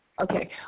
Okay